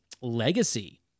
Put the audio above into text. legacy